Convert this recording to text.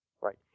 right